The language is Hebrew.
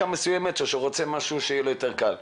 מסוימת או שהוא רוצה משהו שיהיה לו יותר קל.